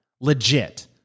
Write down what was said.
legit